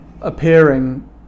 appearing